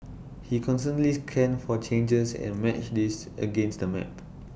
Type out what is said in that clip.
he constantly scanned for changes and matched these against the map